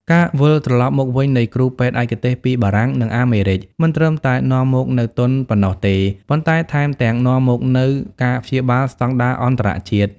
ការវិលត្រឡប់មកវិញនៃគ្រូពេទ្យឯកទេសពីបារាំង និងអាមេរិក មិនត្រឹមតែនាំមកនូវទុនប៉ុណ្ណោះទេ ប៉ុន្តែថែមទាំងនាំមកនូវ "ការព្យាបាល"ស្ដង់ដារអន្តរជាតិ។